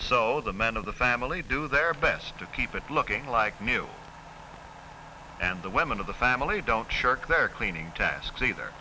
so the men of the family do their best to keep it looking like new and the women of the family don't shirk their cleaning tasks either